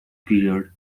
period